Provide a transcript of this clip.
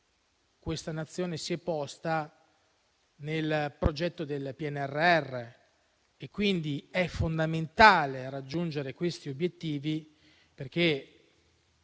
questa Nazione si è posta nel progetto del PNRR e, quindi, è fondamentale raggiungere detti obiettivi.